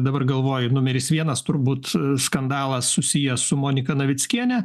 dabar galvoju numeris vienas turbūt skandalas susijęs su monika navickiene